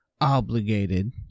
obligated